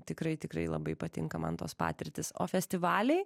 tikrai tikrai labai patinka man tos patirtys o festivaliai